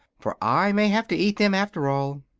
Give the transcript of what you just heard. for i may have to eat them, after all.